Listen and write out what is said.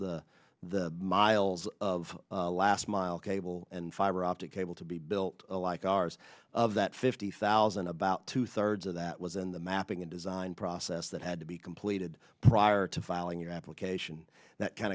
the miles of last mile cable and fiber optic cable to be built like ours of that fifty thousand about two thirds of that was in the mapping and design process that had to be completed prior to filing your application that kind